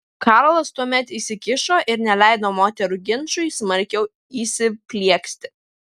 karlas tuomet įsikišo ir neleido moterų ginčui smarkiau įsiplieksti